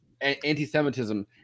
anti-semitism